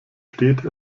steht